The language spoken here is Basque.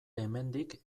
hemendik